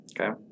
okay